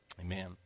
amen